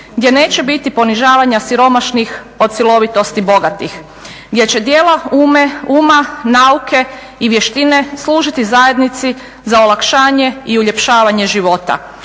gdje neće biti ponižavanja siromašnih od silovitosti bogatih, gdje će djela uma, nauke i vještine služiti zajednici za olakšanje i uljepšavanje života,